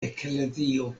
eklezio